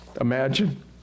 Imagine